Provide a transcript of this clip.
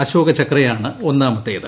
അശോകചക്രയാണ് ഒന്നാമത്തേത്